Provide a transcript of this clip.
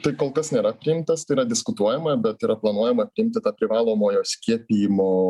tai kol kas nėra priimtas tai yra diskutuojama bet yra planuojama priimti tą privalomojo skiepijimo